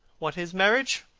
what is marriage?